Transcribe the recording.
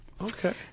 Okay